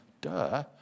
duh